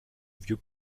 vieux